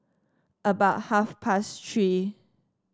about half past Three